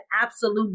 absolute